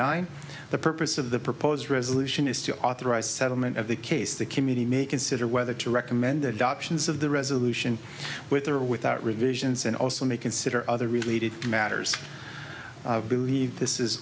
nine the purpose of the proposed resolution is to authorize settlement of the case the committee may consider whether to recommend adoptions of the resolution with or without revisions and also may consider other related matters believe this is